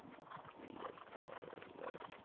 let's see edge color. lerp,